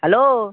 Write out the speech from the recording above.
hello